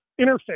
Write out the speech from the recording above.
interface